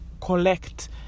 collect